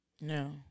No